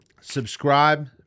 subscribe